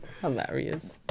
Hilarious